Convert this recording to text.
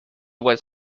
was